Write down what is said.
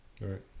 Right